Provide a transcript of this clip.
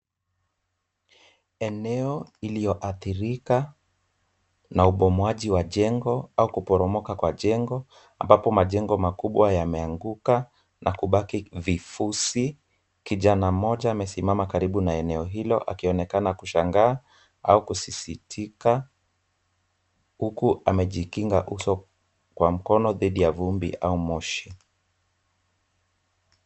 Eneo lililoathirika na ubomoaji wa jengo au kuporomoka kwa jengo ambapo majengo makubwa yameanguka na kubaki vifushi, kijana mmoja amesimama karibu na eneo hilo akionekana kushangaa au kusisitika huku amejikinga uso kwa mkono dhidi ya vumbi au moshi.